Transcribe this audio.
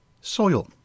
Soil